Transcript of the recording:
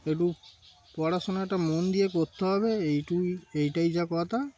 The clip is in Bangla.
তা একটু পড়াশোনাটা মন দিয়ে করতে হবে এইটুকুই এইটাই যা কথা